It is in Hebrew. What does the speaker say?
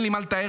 אין לי מה לתאר,